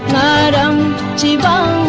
da da da